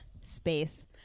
space